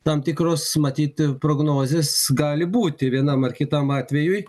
tam tikros matyt prognozės gali būti vienam ar kitam atvejui